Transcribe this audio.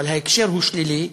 אבל ההקשר הוא שלילי.